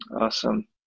awesome